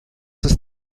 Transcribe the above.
ist